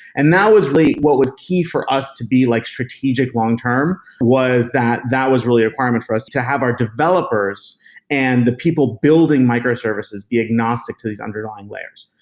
and that was really what was the key for us to be like strategic long-term, was that that was really a requirement for us to have our developers and the people building micro-services be agnostic to these underlying layers.